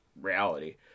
reality